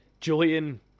Julian